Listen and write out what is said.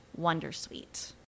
Wondersuite